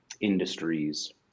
industries